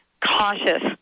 cautious